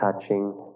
touching